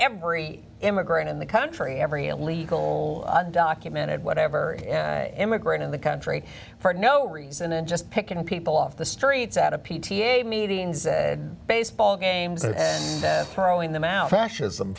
every immigrant in the country every illegal undocumented whatever immigrant in the country for no reason and just picking people off the streets out of p t a meetings and baseball games and throwing them out